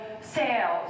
sales